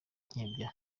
nkebya